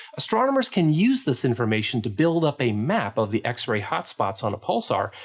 astronomers can use this information to build up a map of the x-ray hotspots on a pulsar,